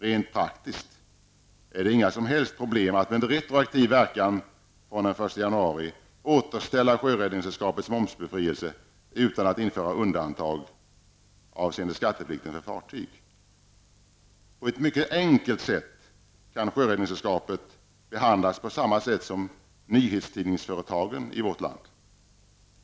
Rent praktiskt är det inga som helst problem att med retroaktiv verkan från den 1 januari återställa Sjöräddningssällskapets momsbefrielse utan att införa undantag avseende skatteplikten för fartyg. Mycket enkelt kan Sjöräddningssällskapet behandlas på samma sätt som nyhetstidningsföretagen i vårt land.